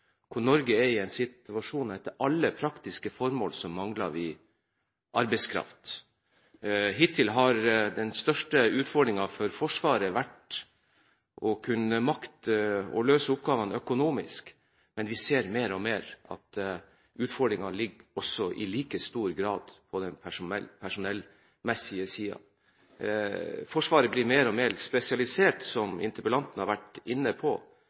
Norge er i en situasjon der man til alle praktiske formål mangler arbeidskraft. Hittil har den største utfordringen for Forsvaret vært å makte å løse oppgavene økonomisk, men vi ser mer og mer at utfordringen i like stor grad ligger på den personellmessige siden. Forsvaret blir mer og mer spesialisert, som interpellanten var inne på.